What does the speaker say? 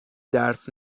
درس